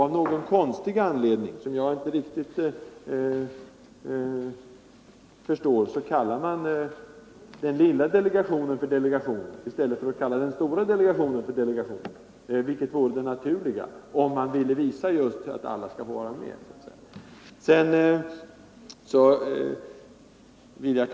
Av någon anledning kallar man den lilla delegationen för delegation, i stället för att kalla den stora delegationen för delegation, vilket vore det naturliga om man ville visa att alla skall vara med.